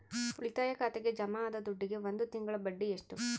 ಉಳಿತಾಯ ಖಾತೆಗೆ ಜಮಾ ಆದ ದುಡ್ಡಿಗೆ ಒಂದು ತಿಂಗಳ ಬಡ್ಡಿ ಎಷ್ಟು?